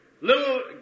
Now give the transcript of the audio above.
little